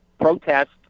protest